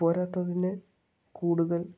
പോരാത്തതിന് കൂടുതൽ